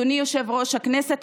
אדוני יושב-ראש הכנסת,